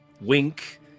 wink